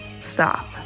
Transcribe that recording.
Stop